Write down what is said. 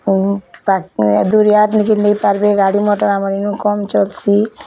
ହଉ ଦୂରିଆ ନିଜେ ନେଇ ପାରିବେ ଗାଡ଼ି ମଟର ଆମର ଇନୁ କମ୍ ଚଲ୍ସି